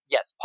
Yes